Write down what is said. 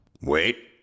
Wait